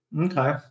okay